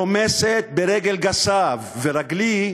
רומסת ברגל גסה, ורגלי,